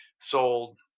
sold